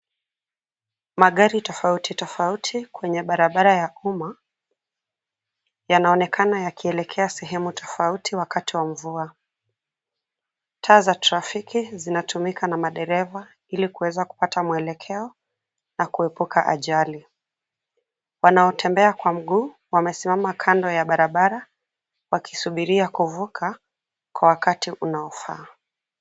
Magari tofauti tofauti kwenye barabara ya umma yanaonekana yakielekea sehemu tofauti wakati wa mvua. Taa za trafiki zinatumika na madereva ili kuweza kupata mwelekeo na kuhepuka ajali. Wanaotembea kwa mguu wamesimama kando ya barabara wakisubiria kuvuka kwa wakati unaofaa.